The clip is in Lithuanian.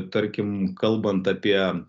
tarkim kalbant apie